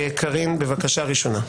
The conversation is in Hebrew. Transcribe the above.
קארין ראשונה, בבקשה.